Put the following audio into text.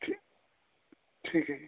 ਠੀ ਠੀਕ ਹੈ ਜੀ